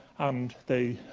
and they